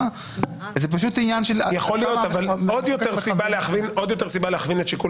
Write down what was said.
זה פשוט עניין של --- יכול להיות אבל עוד יותר סיבה להכווין את שיקול